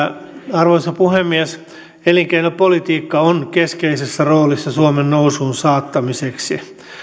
arvoisa puhemies elinkeinopolitiikka on keskeisessä roolissa suomen nousuun saattamiseksi